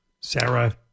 Sarah